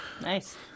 Nice